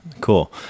Cool